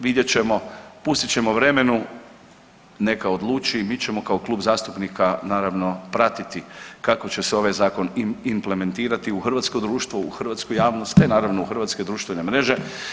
Vidjet ćemo, pustit ćemo vremenu neka odluči i mi ćemo kao klub zastupnika, naravno, pratiti kako će se ovaj Zakon implementirati u hrvatsko društvo, u hrvatsku javnost te naravno u hrvatske društvene mreže.